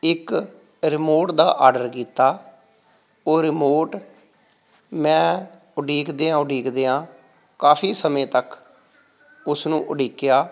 ਇੱਕ ਰਿਮੋਟ ਦਾ ਆਰਡਰ ਕੀਤਾ ਉਹ ਰਿਮੋਟ ਮੈਂ ਉਡੀਕਦਿਆਂ ਉਡੀਕਦਿਆਂ ਕਾਫੀ ਸਮੇਂ ਤੱਕ ਉਸਨੂੰ ਉਡੀਕਿਆ